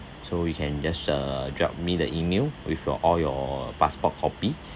so we can just uh drop me the email with uh all your passport copy